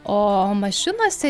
o mašinose